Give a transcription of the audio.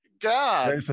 god